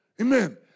Amen